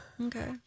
Okay